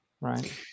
Right